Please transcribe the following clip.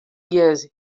years